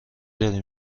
داری